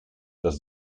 dass